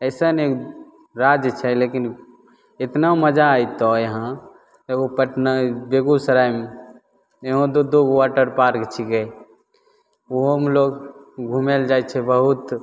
अइसन एक राज्य छै लेकिन एतना मजा अएतऽ यहाँ एगो पटना बेगूसरायमे यहौँ दुइ दुइगो वाटर पार्क छिकै ओहोमे लोक घुमैले जाइ छै बहुत